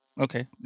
Okay